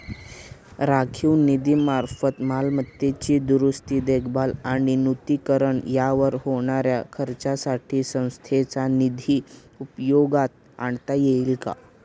राखीव निधीमार्फत मालमत्तेची दुरुस्ती, देखभाल आणि नूतनीकरण यावर होणाऱ्या खर्चासाठी संस्थेचा निधी उपयोगात आणता येईल का?